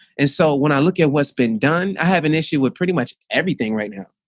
and so when i look at what's been done, i have an issue with pretty much everything right now.